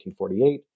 1948